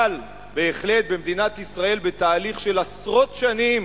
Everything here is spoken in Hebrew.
אבל בהחלט, במדינת ישראל בתהליך של עשרות שנים